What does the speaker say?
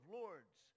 lords